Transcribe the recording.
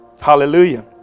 Hallelujah